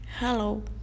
Hello